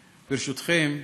ברשותכם,